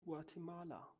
guatemala